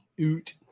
Oot